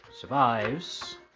survives